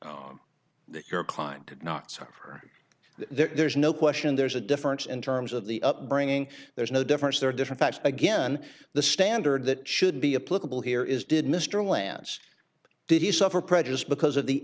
to not suffer there's no question there's a difference in terms of the upbringing there's no difference there are different again the standard that should be a political here is did mr lance did he suffer prejudice because of the